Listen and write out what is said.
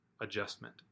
adjustment